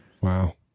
wow